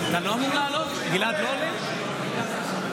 ואפילו קיבלנו בהתחלה תמיכה בוועדת שרים,